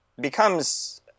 becomes